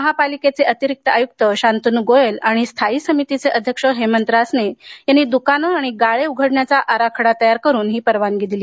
महापालिकेचे अतिरिक्त आयुक्त शांतनु गोयल आणि स्थायी समितीचे अध्यक्ष हेमंत रासने यांनी दुकान आणि गाळे उघडण्याचा आराखडा तयार करून ही परवानगी दिली